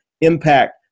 impact